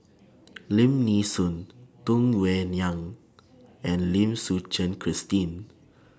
Lim Nee Soon Tung Yue Nang and Lim Suchen Christine